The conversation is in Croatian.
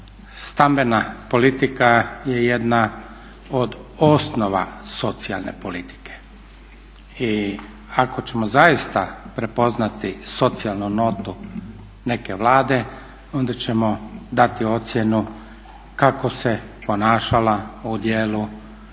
Stambena politika je jedna od osnova socijalne politike. I ako ćemo zaista prepoznati socijalnu notu neke Vlade onda ćemo dati ocjenu kako se ponašala u dijelu poticanja